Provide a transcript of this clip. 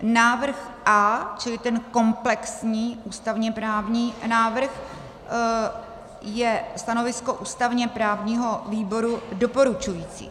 Návrh A, čili ten komplexní ústavněprávní návrh, je stanovisko ústavněprávního výboru doporučující.